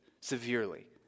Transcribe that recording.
severely